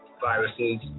viruses